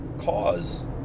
cause